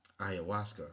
ayahuasca